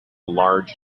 large